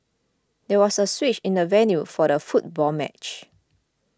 there was a switch in the venue for the football match